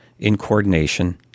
incoordination